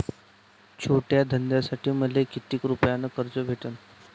छोट्या धंद्यासाठी मले कितीक रुपयानं कर्ज भेटन?